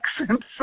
accent